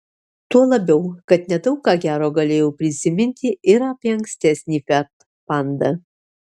tuo labiau kad nedaug ką gero galėjau prisiminti ir apie ankstesnį fiat panda